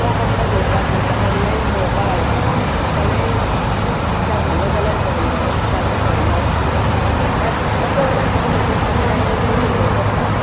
तो कपडो घेवपाक म्हाका ऑनलायन पळोवपाक आवडटा कोणें एकदां घालो जाल्यार पळयलो इश्टाचो आसता ता ताच्या वयल्यान हांव म्हज्या कपडयाची हें करतां